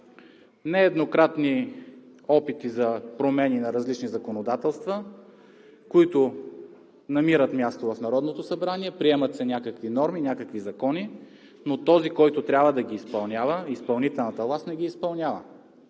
Нееднократни опити за промени на различни законодателства, които намират място в Народното събрание, приемат се някакви норми, някакви закони, но този, който трябва да ги изпълнява – изпълнителната власт, не ги изпълнява.